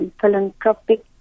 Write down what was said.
philanthropic